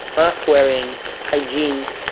mask wearing hygiene,